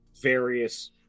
various